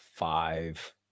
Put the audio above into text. five